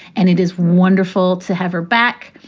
and it is wonderful to have her back.